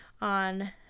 on